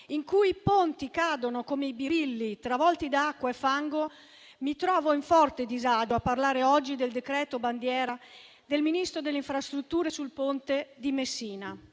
in cui i ponti cadono come i birilli travolti da acqua e fango, mi trovo in forte disagio a parlare oggi del decreto bandiera del Ministro delle infrastrutture e dei